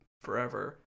forever